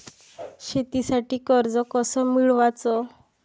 शेतीसाठी कर्ज कस मिळवाच?